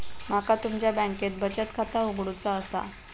माका तुमच्या बँकेत बचत खाता उघडूचा असा?